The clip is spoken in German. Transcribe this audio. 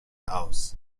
aus